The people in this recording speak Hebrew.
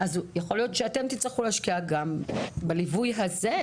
יכול להיות שאתם תצטרכו להשקיע גם בליווי הזה.